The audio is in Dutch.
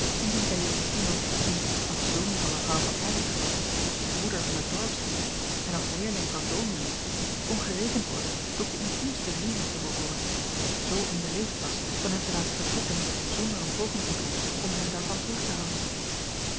indien zij jegens iemand die als zoon van mevrouw van eylar als broeder van den dorpsheer en als leerling van dominee kon gerekend worden tot de intiemste vrienden te behooren zoo onbeleefd was van hem te laten vertrekken zonder een poging te doen om hem daarvan terug te houden